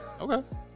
Okay